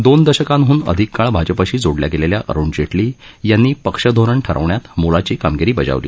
दोन दशकांहन अधिक काळ भाजपशी जोडल्या ग्राप्त्र्या अरुण जप्तली यांनी पक्षधोरण ठरवण्यात मोलाची कामगिरी बजावली